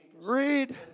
Read